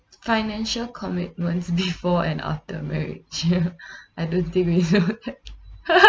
financial commitments before and after marriage I don't think we know that